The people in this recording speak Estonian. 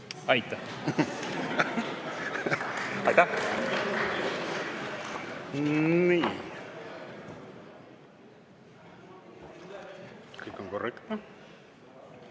Kõik on korrektne.